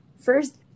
First